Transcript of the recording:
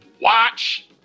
watch